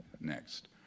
next